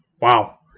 wow